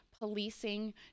policing